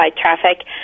traffic